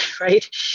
right